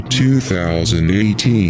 2018